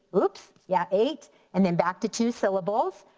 oops yeah eight and then back to two syllables.